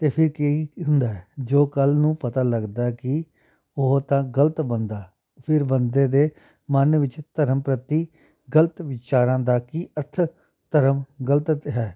ਅਤੇ ਫਿਰ ਕੀ ਹੁੰਦਾ ਜੋ ਕੱਲ੍ਹ ਨੂੰ ਪਤਾ ਲੱਗਦਾ ਕਿ ਉਹ ਤਾਂ ਗਲਤ ਬੰਦਾ ਫਿਰ ਬੰਦੇ ਦੇ ਮਨ ਵਿੱਚ ਧਰਮ ਪ੍ਰਤੀ ਗਲਤ ਵਿਚਾਰਾਂ ਦਾ ਕੀ ਅਰਥ ਧਰਮ ਗਲਤ ਹੈ